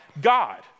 God